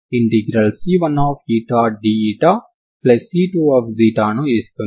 ఇక్కడ h విలువ ఎలా కనుగొనాలో నాకు తెలియదు సరేనా